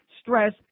Stress